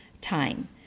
time